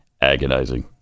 Agonizing